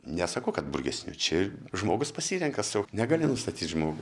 nesakau kad blogesni čia žmogus pasirenka sau negali nustatyt žmogui